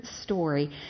story